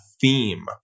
theme